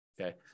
okay